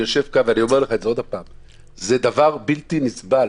זה דבר בלתי-נסבל,